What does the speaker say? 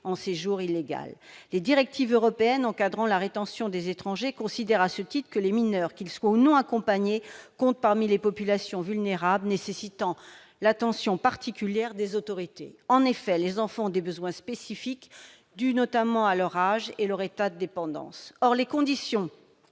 en séjour illégal ». Les directives européennes encadrant la rétention des étrangers considèrent à ce titre que les mineurs, qu'ils soient ou non accompagnés, comptent parmi les populations vulnérables nécessitant l'attention particulière des autorités. En effet, les enfants ont des besoins spécifiques dus notamment à leur âge et à leur état de dépendance. Or les conditions